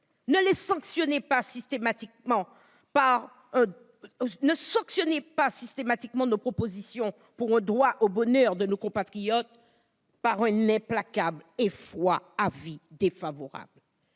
Ne sanctionnez pas systématiquement nos propositions pour un droit au bonheur de nos compatriotes d'un implacable et froid avis défavorable